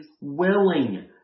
willing